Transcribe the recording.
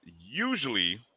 Usually